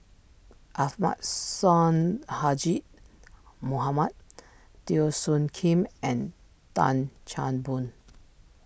Ahmad Sonhadji Mohamad Teo Soon Kim and Tan Chan Boon